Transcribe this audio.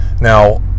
Now